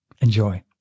Enjoy